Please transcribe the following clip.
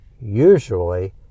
usually